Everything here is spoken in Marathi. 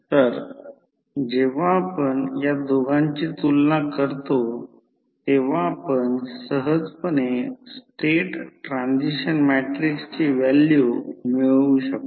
तर जेव्हा आपण या दोघांची तुलना करतो तेव्हा आपण सहजपणे स्टेट ट्रान्सिशन मॅट्रिक्सची व्हॅल्यू मिळवू शकतो